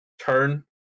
turn